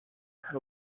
her